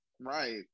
Right